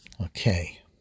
Okay